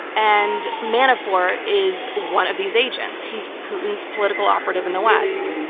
and manafort is one of these agents. he's putin's political operative in the west.